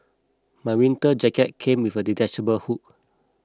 my winter jacket came with detachable hood